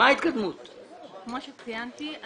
כמו שציינתי,